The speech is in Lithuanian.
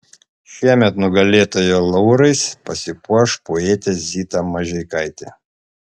šiemet nugalėtojo laurais pasipuoš poetė zita mažeikaitė